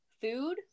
food